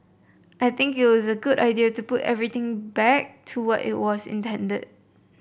I think a good idea to put everything back to what it was intended